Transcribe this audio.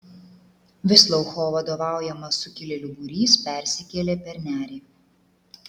visloucho vadovaujamas sukilėlių būrys persikėlė per nerį